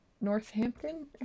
Northampton